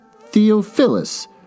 Theophilus